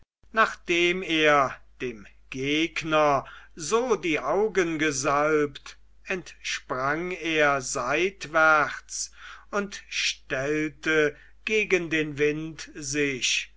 nachdem er dem gegner so die augen gesalbt entsprang er seitwärts und stellte gegen den wind sich